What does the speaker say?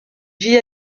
vit